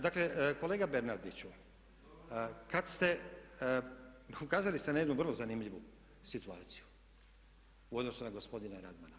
Dakle kolega Bernardiću, ukazali ste na jednu vrlo zanimljivu situaciju u odnosu na gospodina Radmana.